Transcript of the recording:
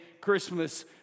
Christmas